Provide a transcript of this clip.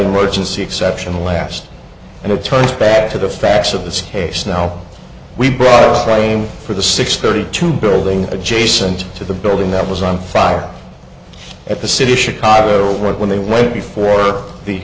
emergency exception last and it turns back to the facts of this case now we brought for the six thirty two building adjacent to the building that was on fire at the city of chicago when they went before the